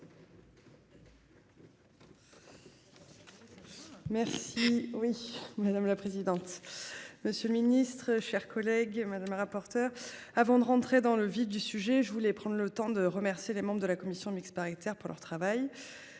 Merci. Oui madame la présidente. Monsieur le ministre, chers collègues. Madame la rapporteure avant de rentrer dans le vif du sujet, je voulais prendre le temps de remercier les membres de la commission mixte paritaire pour leur travail.